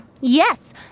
Yes